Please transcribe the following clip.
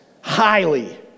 highly